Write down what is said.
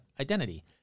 identity